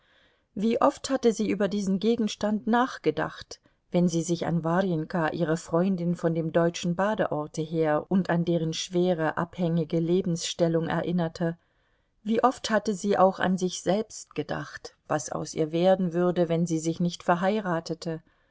wie oft hatte sie über diesen gegenstand nachgedacht wenn sie sich an warjenka ihre freundin von dem deutschen badeorte her und an deren schwere abhängige lebensstellung erinnerte wie oft hatte sie auch an sich selbst gedacht was aus ihr werden würde wenn sie sich nicht verheiratete